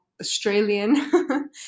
Australian